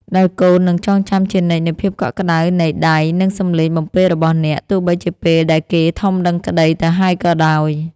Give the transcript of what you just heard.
ដែលកូននឹងចងចាំជានិច្ចនូវភាពកក់ក្តៅនៃដៃ និងសំឡេងបំពេរបស់អ្នក ទោះបីជាពេលដែលគេធំដឹងក្តីទៅហើយក៏ដោយ។